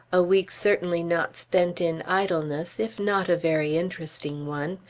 a week certainly not spent in idleness, if not a very interesting one.